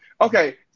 Okay